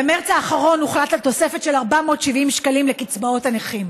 במרס האחרון הוחלט על תוספת של 470 שקלים לקצבאות הנכים,